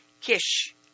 Kish